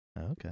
Okay